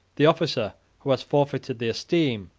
the officer who has forfeited the esteem,